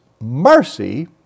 mercy